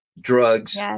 drugs